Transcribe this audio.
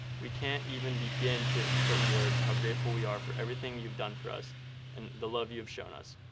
we can't even begin to put in words how grateful we are for everything you've done for us and the love you have shown us.